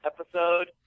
episode